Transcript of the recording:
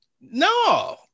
no